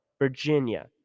Virginia